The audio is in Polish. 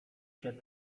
się